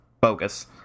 bogus